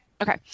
Okay